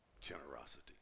generosity